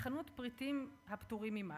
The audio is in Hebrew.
מחנות פריטים הפטורים ממס.